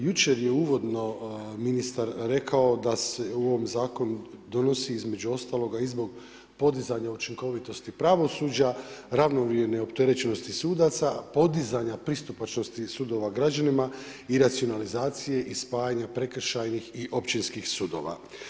Jučer je uvodno ministar rekao da se ovaj zakon donosi između ostaloga i zbog podizanja učinkovitosti pravosuđa, ravnomjerne opterećenosti sudaca, podizanja pristupačnosti sudova građanima i racionalizacije i spajanja prekršajnih i općinskih sudova.